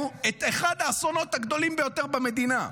את אחד האסונות הגדולים ביותר במדינה.